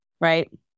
right